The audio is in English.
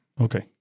Okay